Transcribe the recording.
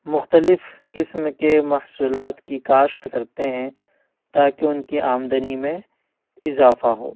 مختلف قسم کے محصولات کی کاشت کرتے ہیں تاکہ ان کی آمدنی میں اضافہ ہو